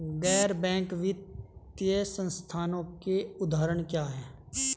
गैर बैंक वित्तीय संस्थानों के उदाहरण क्या हैं?